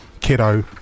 Kiddo